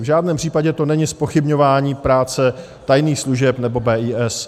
V žádném případě to není zpochybňování práce tajných služeb nebo BIS.